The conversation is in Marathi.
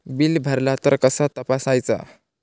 बिल भरला तर कसा तपसायचा?